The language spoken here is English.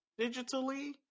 digitally